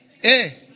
Hey